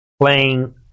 playing